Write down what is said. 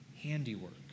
handiwork